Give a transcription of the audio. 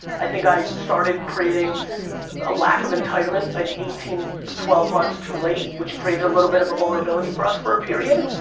i think i started creating a lack of entitlement and eighteen to twelve months too late, which created a little bit of a vulnerability for us for a period,